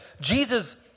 Jesus